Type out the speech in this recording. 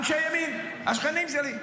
אנשי ימין, השכנים שלי.